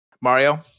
mario